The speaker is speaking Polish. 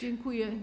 Dziękuję.